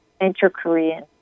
inter-Korean